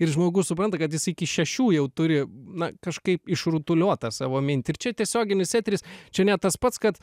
ir žmogus supranta kad jis iki šešių jau turi na kažkaip išrutuliot tą savo mintį ir čia tiesioginis eteris čia ne tas pats kad